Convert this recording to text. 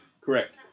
Correct